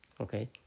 Okay